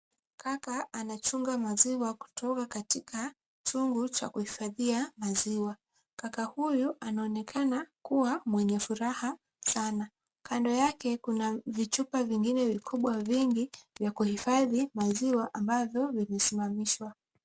Kaka anachunga maziwa kutoka katika chungu cha kuhifadhia maziwa. Kaka huyu anaonekana kuwa mwenye furaha sana. Kando yake kuna vichupa vingine vikubwa vingi vya kuhifadhi maziwa, ambavyo vimesimamishwa.